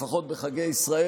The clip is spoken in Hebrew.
לפחות בחגי ישראל,